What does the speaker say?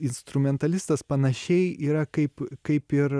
instrumentalistas panašiai yra kaip kaip ir